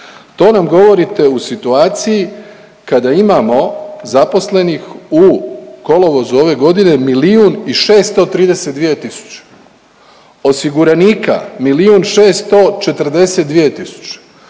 to nam govorite u situaciji kada imamo zaposlenih u kolovozu ove godine milijun i 632